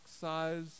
size